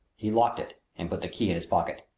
he locked it and put the key in his pocket.